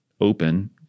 open